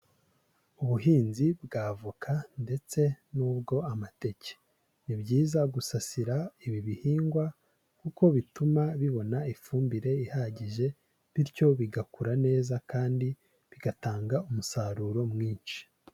Ubuhinzi bw'avoka ndetse n'ubw'amateke, ni byiza gusasira ibi bihingwa kuko bituma bibona ifumbire ihagije bityo bigakura neza kandi bigatanga umusaruro mwinshi.